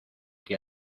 que